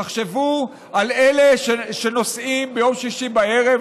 תחשבו על אלה שנוסעים ביום שישי בערב,